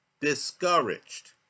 discouraged